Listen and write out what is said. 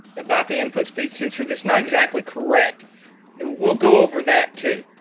about the input speed sensor that's not exactly correct we'll go over that too